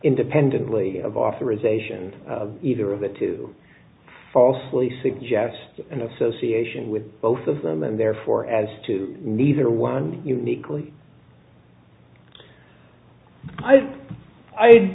independently of authorisation either of the two falsely suggests an association with both of them and therefore as to neither one uniquely i i